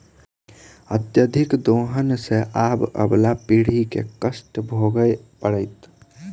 अत्यधिक दोहन सँ आबअबला पीढ़ी के कष्ट भोगय पड़तै